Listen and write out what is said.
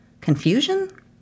Confusion